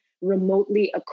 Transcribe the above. remotely